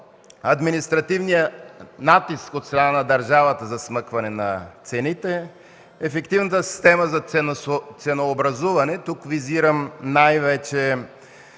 административният натиск от страна на държавата за смъкване на цените, ефективната система за ценообразуване. Тук визирам най-вече